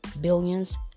billions